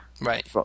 right